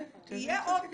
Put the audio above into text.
יהיה עוד מישהו.